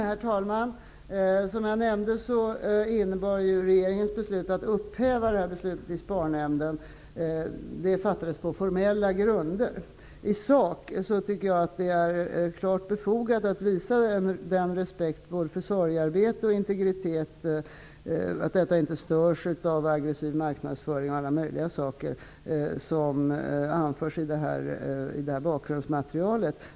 Herr talman! Regeringens beslut att upphäva beslutet i SPAR-nämnden fattades på formella grunder. I sak är det klart befogat att visa respekt både för sorgearbete och för integritet så att det inte störs av bl.a. aggressiv marknadsföring, som anförs i bakgrundsmaterialet.